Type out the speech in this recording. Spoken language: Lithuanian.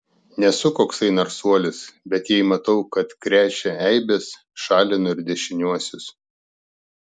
nesu koksai narsuolis bet jei matau kad krečia eibes šalinu ir dešiniuosius